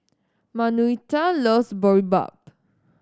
Manuelita loves Boribap